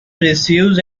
receives